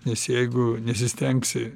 nes jeigu nesistengsi